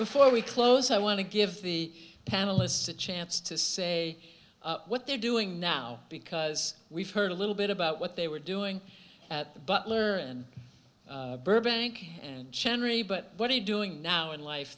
before we close i want to give the panelists a chance to say what they're doing now because we've heard a little bit about what they were doing at butler and burbank generally but what are you doing now in life